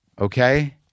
Okay